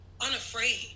unafraid